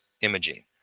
imaging